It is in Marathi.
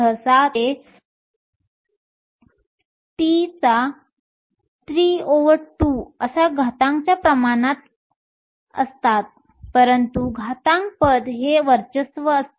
सहसा ते T32 च्या प्रमाणात असतात परंतु घातांक पद हे वर्चस्व असते